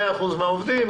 100 אחוזים מהעובדים.